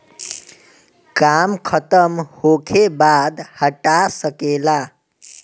काम खतम होखे बाद हटा सके ला